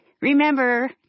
remember